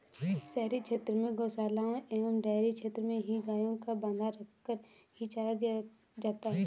शहरी क्षेत्र में गोशालाओं एवं डेयरी क्षेत्र में ही गायों को बँधा रखकर ही चारा दिया जाता है